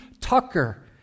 Tucker